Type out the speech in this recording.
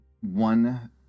one